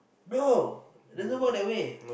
no doesn't work that way